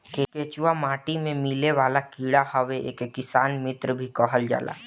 केचुआ माटी में मिलेवाला कीड़ा हवे एके किसान मित्र भी कहल जाला